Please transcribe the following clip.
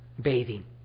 bathing